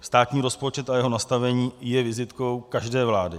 Státní rozpočet a jeho nastavení je vizitkou každé vlády.